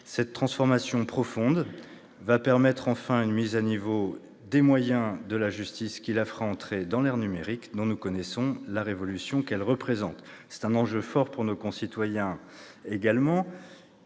Cette transformation profonde va enfin permettre une mise à niveau des moyens de la justice qui la fera entrer dans l'ère numérique, dont nous savons la révolution qu'elle représente. C'est un enjeu fort pour nos concitoyens,